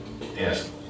Yes